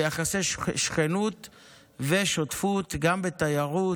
ביחסי שכנות ושותפות, גם בתיירות,